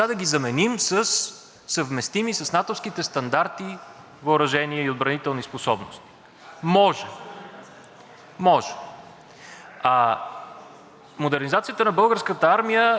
може! Модернизацията на Българската армия е нещо, към което винаги сме се стремили според възможностите си, а сега в момента,